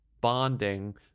bonding